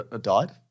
Died